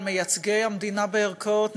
על מייצגי המדינה בערכאות,